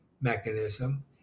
mechanism